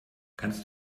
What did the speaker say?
kannst